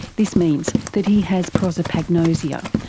this means that he has prosopagnosia,